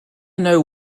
know